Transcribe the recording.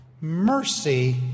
Mercy